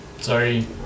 Sorry